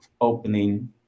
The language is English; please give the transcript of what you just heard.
opening